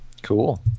Cool